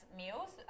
meals